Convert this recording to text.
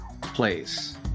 place